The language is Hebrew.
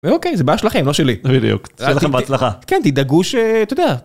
אוקיי זה בעיה שלכם. לא שלי בדיוק שיהיה לך בהצלחה תדאגו ש...